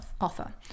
offer